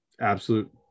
absolute